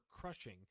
crushing